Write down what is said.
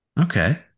okay